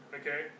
Okay